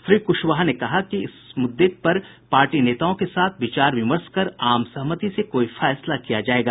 श्री क्शवाहा ने कहा कि इस मुददे पर पार्टी नेताओं के साथ विचार विमर्श कर आम सहमति से कोई फैसला किया जायेगा